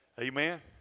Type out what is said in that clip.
Amen